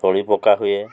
ତଳି ପକା ହୁଏ